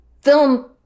Film